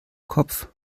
kopf